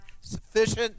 sufficient